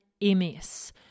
MS